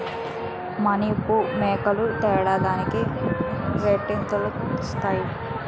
మానిపు మేకలు ఏడాదికి రెండీతలీనుతాయి